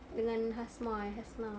dengan hasmah eh hasnah